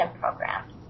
programs